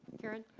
karen.